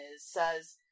says